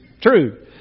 true